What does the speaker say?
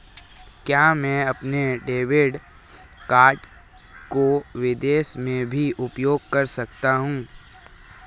क्या मैं अपने डेबिट कार्ड को विदेश में भी उपयोग कर सकता हूं?